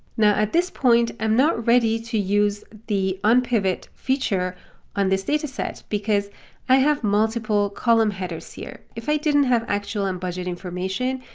now at this point, i'm not ready to use the unpivot feature on this dataset, because i have multiple column headers here. if i didn't have actual and budget information,